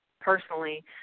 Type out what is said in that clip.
personally